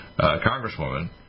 congresswoman